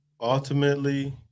ultimately